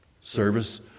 service